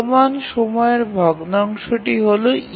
চলমান সময়ের ভগ্নাংশটি হল